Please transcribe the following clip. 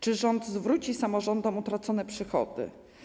Czy rząd zwróci samorządom utracone przychody?